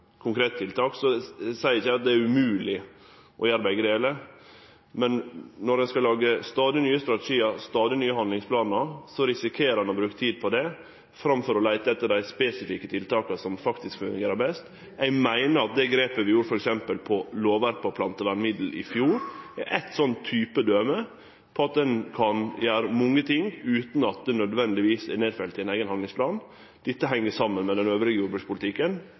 konkrete tiltak, seier eg ikkje at det er umogleg å gjere begge delar, men når ein skal lage stadig nye strategiar, stadig nye handlingsplanar, risikerer ein å bruke tid på det framfor å leite etter dei spesifikke tiltaka som faktisk fungerer best. Eg meiner at det grepet vi gjorde i t.d. lovverket for plantevernmiddel i fjor, er eit døme på at ein kan gjere mange ting utan at det nødvendigvis er nedfelt i ein eigen handlingsplan. Dette heng saman med jordbrukspolitikken